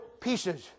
pieces